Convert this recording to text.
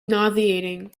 nauseating